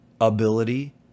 ability